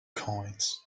coins